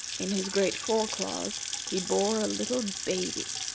in his great fore-claws he bore a little baby.